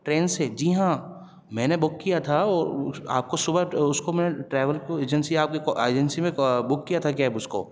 train سے جی ہاں میں نے بک کیا تھا وہ آپ کو صبح اس کو میں نے ٹراویل کو ایجنسی آپ کو ایجنسی میں بک کیا تھا کیب اس کو